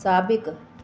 साबिक़ु